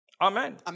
Amen